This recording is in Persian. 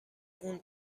اون